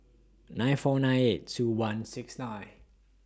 nine four nine eight two one six nine